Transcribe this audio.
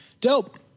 Dope